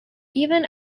even